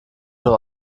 doch